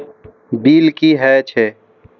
Bill की हौए छै?